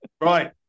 right